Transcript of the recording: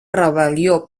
rebel·lió